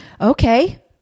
Okay